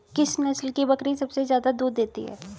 किस नस्ल की बकरी सबसे ज्यादा दूध देती है?